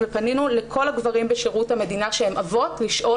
פנינו לכל הגברים בשירות המדינה שהם אבות לשאול